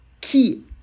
key